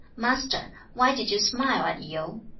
master, why did you smile at yu